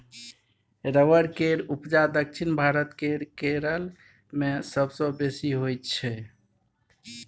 rubber केर उपजा दक्षिण भारत केर केरल मे सबसँ बेसी होइ छै